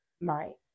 right